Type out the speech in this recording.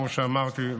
כמו שאמרתי,